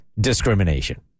discrimination